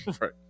right